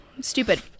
stupid